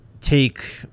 take